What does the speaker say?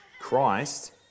Christ